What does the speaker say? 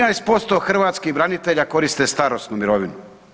13% hrvatskih branitelja koriste starosnu mirovinu.